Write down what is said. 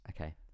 okay